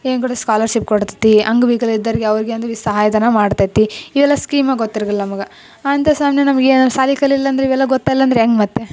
ಏನು ಕೊಡ್ತೈತೆ ಸ್ಕಾಲರ್ಶಿಪ್ ಕೊಡ್ತೈತೆ ಅಂಗವಿಕಲ ಇದ್ದರಿಗೆ ಅವ್ರಿಗೆ ಅಂದ್ರೆ ಸಹಾಯಧನ ಮಾಡ್ತೈತೆ ಇವೆಲ್ಲ ಸ್ಕೀಮೇ ಗೊತ್ತಿರೋದಿಲ್ಲ ನಮ್ಗೆ ಅಂತ ಸಮಯ ನಮ್ಗೆ ಏನು ಶಾಲಿ ಕಲಿಲಿಲ್ಲ ಅಂದ್ರೆ ಇವೆಲ್ಲ ಗೊತ್ತಲ್ಲ ಅಂದ್ರೆ ಹೆಂಗ್ ಮತ್ತೆ